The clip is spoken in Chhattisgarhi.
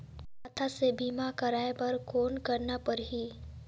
खाता से बीमा करवाय बर कौन करना परही?